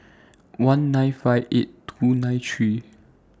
one nine five eight two nine three